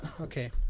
okay